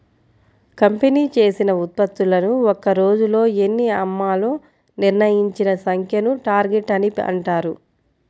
company చేసిన ఉత్పత్తులను ఒక్క రోజులో ఎన్ని అమ్మాలో నిర్ణయించిన సంఖ్యను టార్గెట్ అని అంటారు